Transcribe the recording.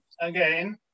again